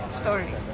story